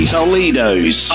Toledo's